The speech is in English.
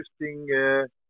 interesting